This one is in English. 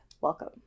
Welcome